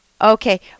Okay